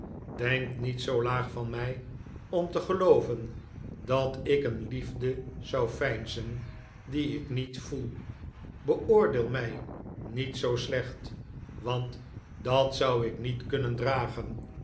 denk niet zoo laag van mij om te gelooven dat ik een liefde zou veinzen die ik niet voel beoordeel mij niet zoo slecht want dat zou ik niet kunnen dragen